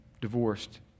divorced